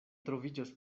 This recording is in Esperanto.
troviĝos